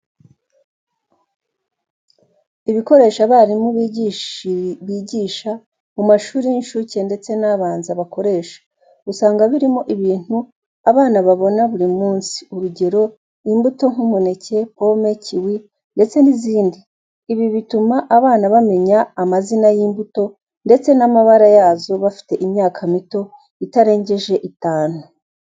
Ibikoresho abarimu bigisha mu mashuri y'incuke ndetse n'abanza bakoresha, usanga birimo ibintu abana babona buri munsi, urugero, imbuto nk'umuneke, pome, kiwi, ndetse n'izindi. Ibi bituma abana bamenya amazina y'imbuto ndetse n'amabara yazo bafite imyaka mito itarengeje itanu.